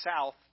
south